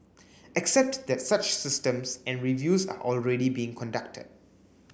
except that such systems and reviews are already being conducted